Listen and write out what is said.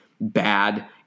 bad